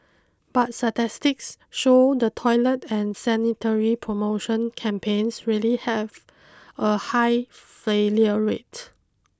but statistics show the toilet and sanitary promotion campaigns really have a high failure rate